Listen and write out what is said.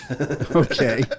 okay